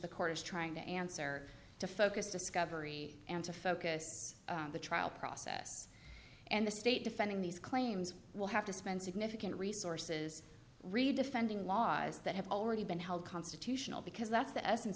the court is trying to answer to focus discovery and to focus on the trial process and the state defending these claims will have to spend significant resources really defending laws that have already been held constitutional because that's the essence